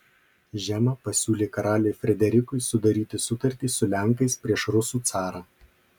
žema pasiūlė karaliui frederikui sudaryti sutartį su lenkais prieš rusų carą